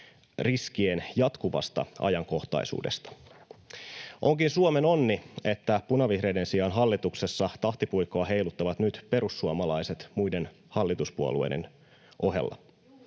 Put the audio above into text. riskien jatkuvasta ajankohtaisuudesta. Onkin Suomen onni, että punavihreiden sijaan hallituksessa tahtipuikkoa heiluttavat nyt perussuomalaiset muiden hallituspuolueiden ohella.